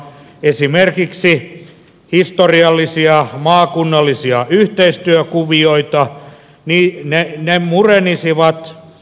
esimerkiksi historiallisia maakunnallisia yhteistyökuvioita ne murenisivat